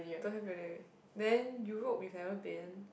don't have ready then Europe you've never been